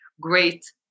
great